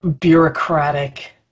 Bureaucratic